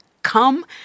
come